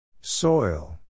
soil